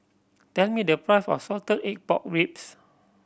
tell me the price of salted egg pork ribs